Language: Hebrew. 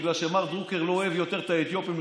בגלל שמר דרוקר לא אוהב יותר את האתיופים,